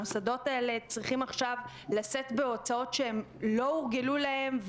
המוסדות האלה צריכים עכשיו לשאת בהוצאות שהם לא הורגלו להן,